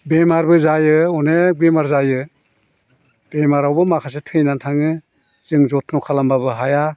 बेमारबो जायो अनेक बेमार जायो बेमारावबो माखासे थैनानै थाङो जों जथ्न' खालामबाबो हाया